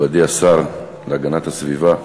נכבדי השר להגנת הסביבה,